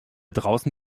draußen